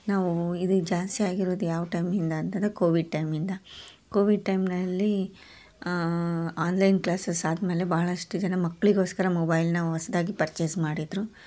ನಾವು ಇದು ಜಾಸ್ತಿ ಆಗಿರೋದು ಯಾವ ಟೈಮ್ನಿಂದ ಅಂತಂದ್ರೆ ಕೋವಿಡ್ ಟೈಮಿಂದ ಕೋವಿಡ್ ಟೈಮ್ನಲ್ಲಿ ಆನ್ಲೈನ್ ಕ್ಲಾಸಸ್ ಆದಮೇಲೆ ಬಹಳಷ್ಟು ಜನ ಮಕ್ಕಳಿಗೋಸ್ಕರ ಮೊಬೈಲನ್ನ ಹೊಸ್ದಾಗಿ ಪರ್ಚೇಸ್ ಮಾಡಿದರು